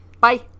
Bye